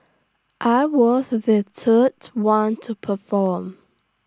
I was the third one to perform